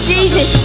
Jesus